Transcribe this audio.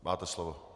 Máte slovo.